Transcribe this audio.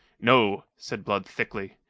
no, said blood thickly.